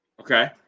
Okay